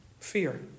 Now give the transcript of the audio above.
fear